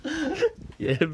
ya